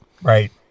right